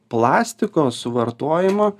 plastiko suvartojimą